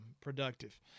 productive